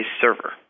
server